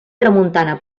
tramuntana